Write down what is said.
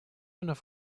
enough